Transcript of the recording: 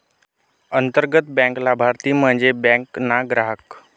अंतर्गत बँक लाभारती म्हन्जे बँक ना ग्राहक